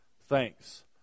Thanks